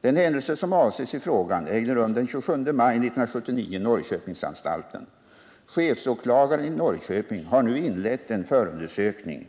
Den händelse som avses i frågan ägde rum den 27 maj 1979 i Norrköpingsanstalten. Chefsåklagaren i Norrköping har nu inlett en förundersökning.